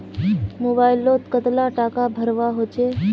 Mobile लोत कतला टाका भरवा होचे?